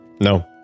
No